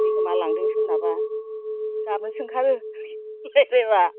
थैगोमालांदों सोरनाबा गाबनोसो ओंखारो रायज्लायबा